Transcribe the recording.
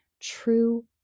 true